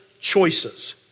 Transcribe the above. choices